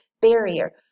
barrier